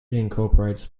incorporates